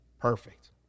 Perfect